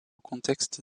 contexte